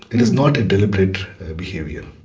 it is not a deliberate behaviour.